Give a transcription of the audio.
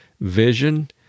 vision